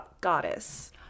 goddess